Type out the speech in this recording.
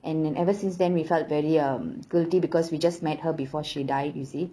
and then ever since then we felt very um guilty because we just met her before she died you see